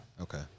Okay